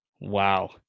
Wow